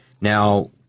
Now